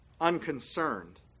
unconcerned